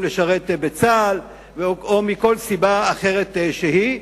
לשרת בצה"ל או מכל סיבה אחרת שהיא.